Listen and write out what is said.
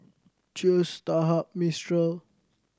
Cheers Starhub Mistral